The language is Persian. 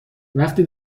وقتی